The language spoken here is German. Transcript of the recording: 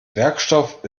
werkstoff